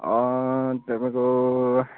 तपाईँको